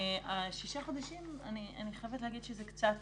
שישה חודשים, אני חייבת להגיד שקצת